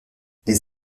les